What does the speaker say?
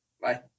Bye